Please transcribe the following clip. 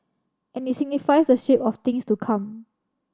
and it signifies the shape of things to come